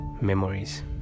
memories